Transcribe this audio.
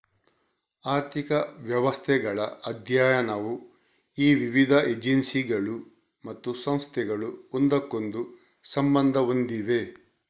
ಆರ್ಥಿಕ ವ್ಯವಸ್ಥೆಗಳ ಅಧ್ಯಯನವು ಈ ವಿವಿಧ ಏಜೆನ್ಸಿಗಳು ಮತ್ತು ಸಂಸ್ಥೆಗಳು ಒಂದಕ್ಕೊಂದು ಸಂಬಂಧ ಹೊಂದಿವೆ